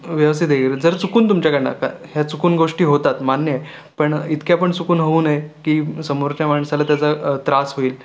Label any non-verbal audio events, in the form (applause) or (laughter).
व्यवस्थित (unintelligible) जर चुकून तुमच्याकडनं ह्या चुकून गोष्टी होतात मान्य आहे पण इतक्या पण चुकून होऊ नये की समोरच्या माणसाला त्याचा त्रास होईल